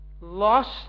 lost